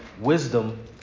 wisdom